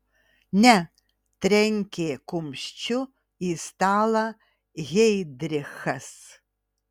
ne trenkė kumščiu į stalą heidrichas